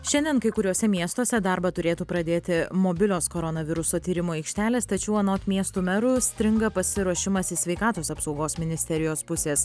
šiandien kai kuriuose miestuose darbą turėtų pradėti mobilios koronaviruso tyrimų aikštelės tačiau anot miestų merų stringa pasiruošimas iš sveikatos apsaugos ministerijos pusės